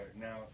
now